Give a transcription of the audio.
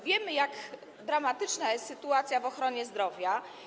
Wiemy, jak dramatyczna jest sytuacja w ochronie zdrowia.